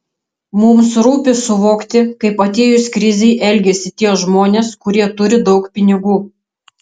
mums rūpi suvokti kaip atėjus krizei elgiasi tie žmonės kurie turi daug pinigų